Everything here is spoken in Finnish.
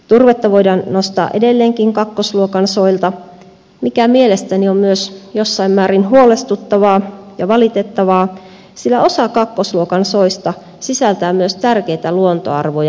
turvetta voidaan nostaa edelleenkin kakkosluokan soilta mikä mielestäni on myös jossain määrin huolestuttavaa ja valitettavaa sillä osa kakkosluokan soista sisältää myös tärkeitä luontoarvoja